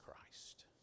Christ